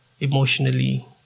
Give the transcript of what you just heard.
emotionally